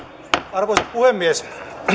arvoisa puhemies